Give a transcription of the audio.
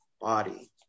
body